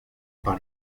par